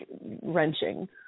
wrenching